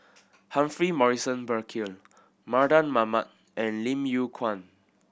Humphrey Morrison Burkill Mardan Mamat and Lim Yew Kuan